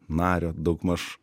nario daugmaž